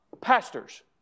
pastors